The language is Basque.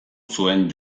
zuen